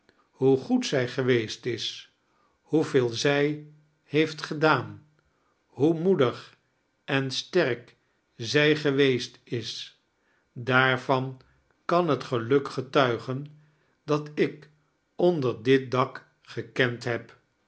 hoe goed zij geweest is hoeveel zij heeft gedaan hoe moedig en sterk zij geweest is daarvan kan het geluk getuigen dat ik onder dit dak gekend heb